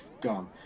gone